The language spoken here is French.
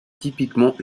typiquement